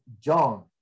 John